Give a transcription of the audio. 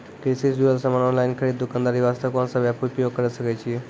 कृषि से जुड़ल समान ऑनलाइन खरीद दुकानदारी वास्ते कोंन सब एप्प उपयोग करें सकय छियै?